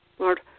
Lord